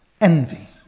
Envy